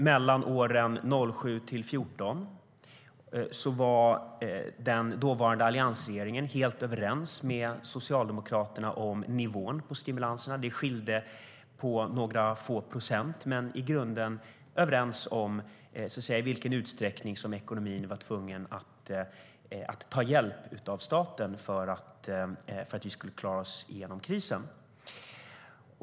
Mellan 2007 och 2014 var den dåvarande alliansregeringen helt överens med Socialdemokraterna om nivån på stimulanserna. Det skilde några få procent. Men i grunden var man överens om i vilken utsträckning som ekonomin så att säga var tvungen att ta hjälp av staten för att vi skulle klara oss igenom krisen.